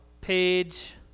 Page